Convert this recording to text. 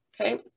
Okay